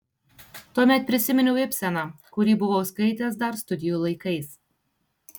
tuomet prisiminiau ibseną kurį buvau skaitęs dar studijų laikais